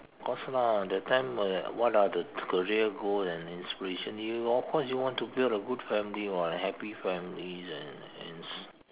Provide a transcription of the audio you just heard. of course lah that time what are the career goal and inspiration you of course you want to build a good family [what] and happy family and and